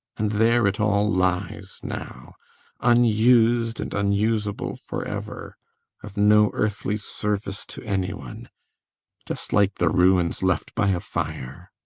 and there it all lies now unused and unusable for ever of no earthly service to any one just like the ruins left by a fire.